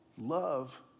Love